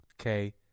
okay